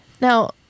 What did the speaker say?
now